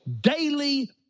daily